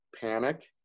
panic